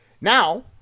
Now